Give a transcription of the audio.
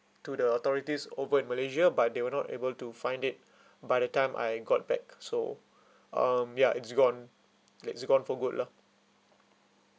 to the authorities over in malaysia but they were not able to find it by the time I got back so um ya it's gone it's gone for good lah